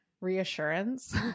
reassurance